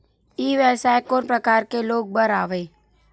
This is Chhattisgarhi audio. ई व्यवसाय कोन प्रकार के लोग बर आवे?